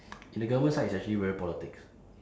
in the government side it's actually very politics